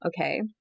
Okay